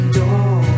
door